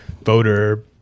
voter